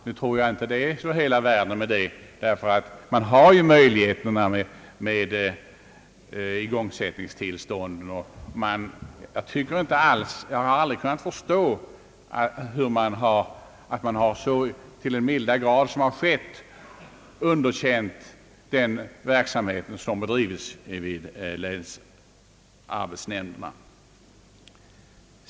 Nu tror jag inte att detta är hela världen, eftersom man ju har möjligheterna med igångsättningstillstånd; jag har aldrig kunnat förstå att man till den milda grad som skett har underkänt den verksamhet som bedrives av länsarbetsnämnderna.